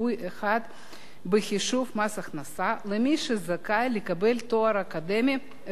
בחישוב מס הכנסה למי שזכאי לקבל תואר אקדמי ראשון,